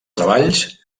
treballs